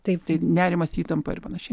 taip tai nerimas įtampa ir panašiai